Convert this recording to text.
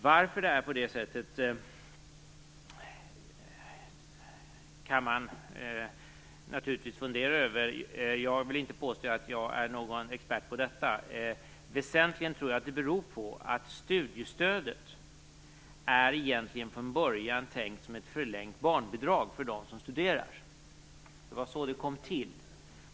Varför det är på detta sätt kan man naturligtvis fundera över. Jag vill inte påstå att jag är någon expert på detta. Väsentligen tror jag att det beror på att studiestödet från början egentligen är tänkt som ett förlängt barnbidrag för dem som studerar. Det var så det kom till.